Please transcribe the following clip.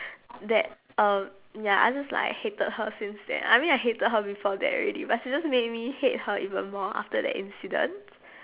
that um ya I just like hated her since then I mean I hated her before that already but she just make me hate her even more after that incident